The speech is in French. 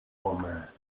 romains